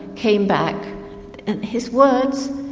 came back his words,